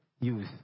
youth